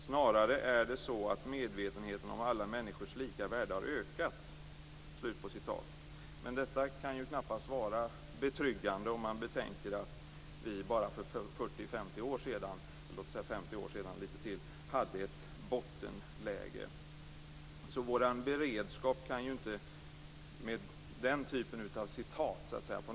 Snarare är det så att medvetenheten om alla människors lika värde har ökat." Detta kan knappast vara betryggande om man betänker att vi för bara drygt 50 år sedan hade ett bottenläge. Vår beredskap kan således inte med den typen av citat sägas vara god.